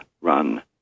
run